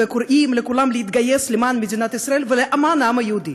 וקוראים לכולם להתגייס למען מדינת ישראל ולמען העם היהודי.